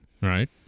Right